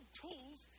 tools